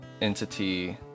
entity